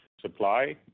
supply